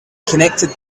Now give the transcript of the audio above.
connected